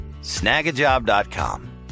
snagajob.com